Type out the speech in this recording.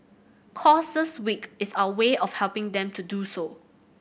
causes week is our way of helping them do so